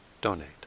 donate